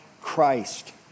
Christ